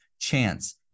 chance